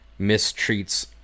mistreats